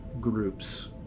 groups